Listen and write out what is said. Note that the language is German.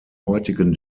heutigen